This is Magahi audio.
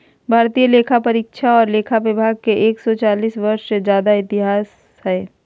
भारतीय लेखापरीक्षा और लेखा विभाग के एक सौ चालीस वर्ष से ज्यादा के इतिहास हइ